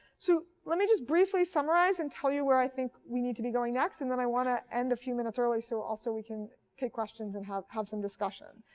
so let me just briefly summarize and tell you where i think we need to be going next, and then i want to add and a few minutes early so also we can take questions and have have some discussion.